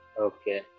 Okay